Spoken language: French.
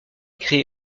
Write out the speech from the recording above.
créé